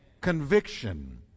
Conviction